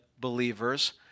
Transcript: believers